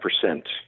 percent